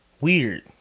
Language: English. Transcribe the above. weird